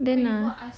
then ah